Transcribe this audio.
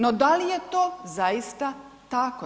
No da li je to zaista tako?